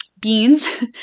beans